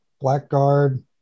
Blackguard